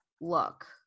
look